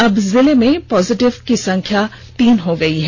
अब जिले में पॉजिटिव की संख्या तीन हो गई है